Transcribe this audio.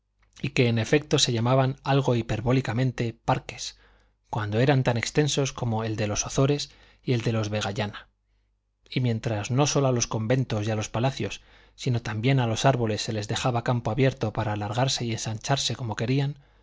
y que en efecto se llamaban algo hiperbólicamente parques cuando eran tan extensos como el de los ozores y el de los vegallana y mientras no sólo a los conventos y a los palacios sino también a los árboles se les dejaba campo abierto para alargarse y ensancharse como querían